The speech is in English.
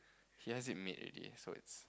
he has it made already so it's